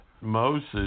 Moses